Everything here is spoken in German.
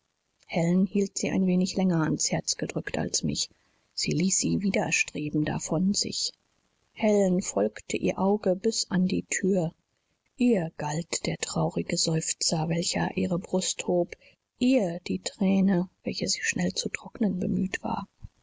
hielt sie ein wenig länger ans herz gedrückt als mich sie ließ sie widerstrebender von sich helen folgte ihr auge bis an die thür ihr galt der traurige seufzer welcher ihre brust hob ihr die thräne wel che sie schnell zu trocknen bemüht war